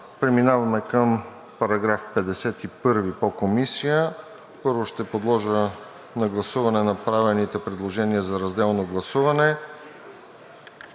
Преминаваме към § 51 по Комисия. Първо ще подложа на гласуване направените предложения за разделно гласуване.